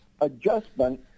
adjustment